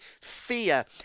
fear